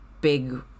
big